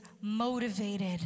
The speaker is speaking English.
motivated